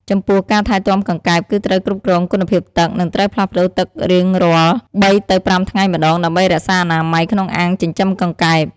ចំពោះការថែទាំកង្កែប គឺត្រូវគ្រប់គ្រងគុណភាពទឹក និងត្រូវផ្លាស់ប្ដូរទឹករៀងរាល់ ៣ ទៅ ៥ ថ្ងៃម្តង ដើម្បីរក្សាអនាម័យក្នុងអាងចិញ្ចឹមកង្កែប។